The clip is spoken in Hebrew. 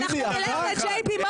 לג'י.פי.